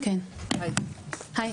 היי,